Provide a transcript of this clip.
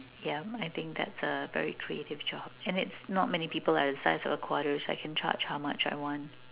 yeah I think that is a very creative job and it's not many people are a size of a quarter so I can charge how much I want